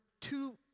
two